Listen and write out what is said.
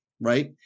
right